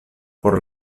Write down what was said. por